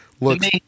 Looks